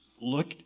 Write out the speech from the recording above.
look